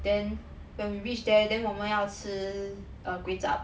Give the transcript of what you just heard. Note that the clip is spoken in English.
then when we reach there then 我们要吃 err kway chap